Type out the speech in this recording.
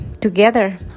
together